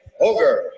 Ogre